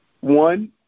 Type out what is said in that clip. one